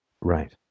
Right